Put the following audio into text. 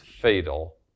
fatal